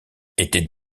étaient